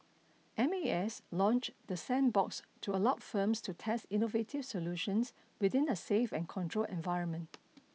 M A S launched the sandbox to allow firms to test innovative solutions within a safe and controlled environment